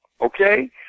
Okay